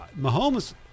Mahomes